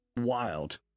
wild